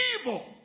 evil